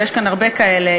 ויש כאן הרבה כאלה,